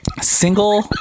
Single